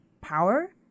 power